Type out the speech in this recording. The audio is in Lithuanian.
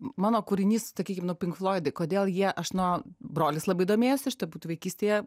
mano kūrinys sakykim nu pink floidai kodėl jie aš nuo brolis labai domėjosi aš turbūt vaikystėje